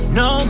no